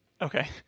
Okay